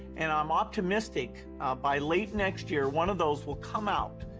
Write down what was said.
and i'm optimistic by late next year, one of those will come out.